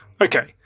okay